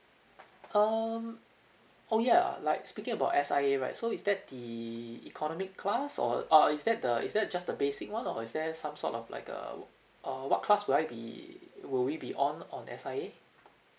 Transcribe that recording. um oh ya like speaking about S_I_A right so is that the economy class or uh is that the is that just the basic [one] or is there some sort of like a err what class will I be will we be on on the S_I_A